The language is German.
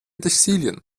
textilien